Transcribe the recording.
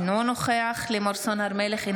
אינו נוכח לימור סון הר מלך,